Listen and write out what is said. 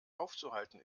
aufzuhalten